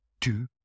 two